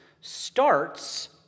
starts